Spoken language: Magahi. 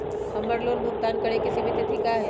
हमर लोन भुगतान करे के सिमित तिथि का हई?